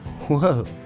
Whoa